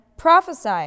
Prophesy